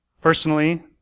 Personally